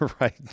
right